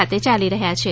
ખાતે ચાલી રહ્યાં છે